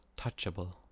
touchable